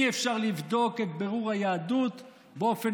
אי-אפשר לבדוק את בירור היהדות באופן